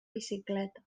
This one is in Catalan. bicicleta